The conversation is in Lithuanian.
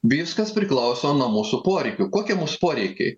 viskas priklauso nuo mūsų poreikių kokie mūsų poreikiai